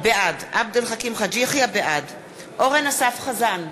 בעד אורן אסף חזן,